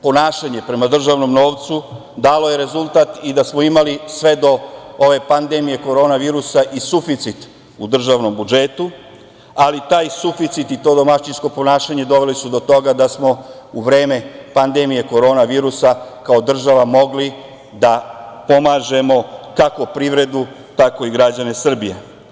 ponašanje prema državnom novcu dalo je rezultat i da smo imali sve do ove pandemije korona virusa i suficit u državnom budžetu, ali taj suficit i to domaćinsko ponašanje doveli su do toga da smo u vreme pandemije korona virusa kao država mogli da pomažemo kako privredu, tako i građane Srbije.